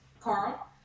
Carl